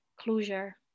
closure